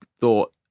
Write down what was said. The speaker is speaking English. thought